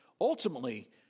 ultimately